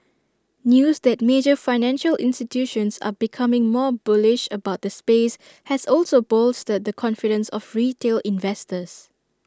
news that major financial institutions are becoming more bullish about the space has also bolstered the confidence of retail investors